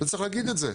צריך להגיד את זה.